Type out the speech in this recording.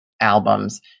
albums